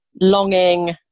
longing